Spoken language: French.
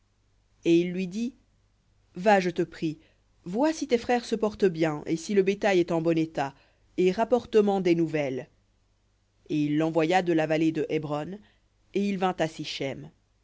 et il lui dit va je te prie vois si tes frères se portent bien et si le bétail est en bon état et rapporte men des nouvelles et il l'envoya de la vallée de hébron et il vint